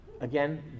again